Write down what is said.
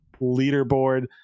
leaderboard